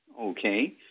Okay